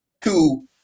two